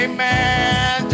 Amen